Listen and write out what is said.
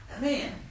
man